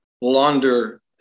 launder